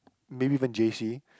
maybe even J_C